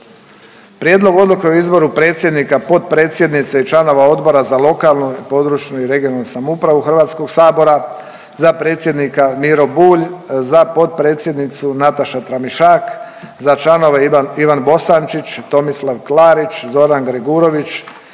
Prijedlog odluke o izboru predsjednika, potpredsjednice i članova Odbora za lokalnu i područnu (regionalnu) samoupravu HS-a, za predsjednika Miro Bulj, za potpredsjednicu Nataša Tramišak, za članove Ivan Bosančić, Tomislav Klarić, Zoran Gregurović,